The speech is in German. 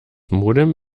modem